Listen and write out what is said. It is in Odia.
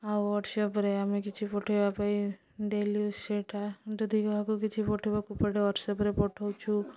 ଆଉ ହ୍ୱାଟ୍ସପ୍ରେ ଆମେ କିଛି ପଠେଇବା ପାଇଁ ଡେଲି ସେଇଟା ଯଦି କାହାକୁ କିଛି ପଠେଇବାକୁ ପଡ଼େ ହ୍ୱାଟ୍ସପ୍ରେ ପଠଉଛୁ